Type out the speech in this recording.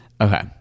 Okay